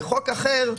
אבל בחוק אחר,